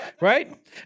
right